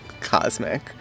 cosmic